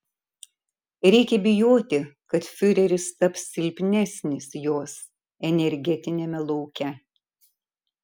reikia bijoti kad fiureris taps silpnesnis jos energetiniame lauke